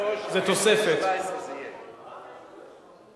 (תנאי כהונה והעסקה בחברות ציבוריות ובחברות איגרות חוב)